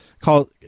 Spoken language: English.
call